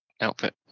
outfit